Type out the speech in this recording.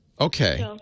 Okay